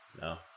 No